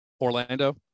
Orlando